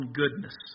goodness